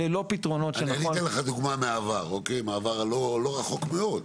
אלה לא פתרונות שנכון --- אני אתן לך דוגמא מהעבר הלא רחוק מאוד.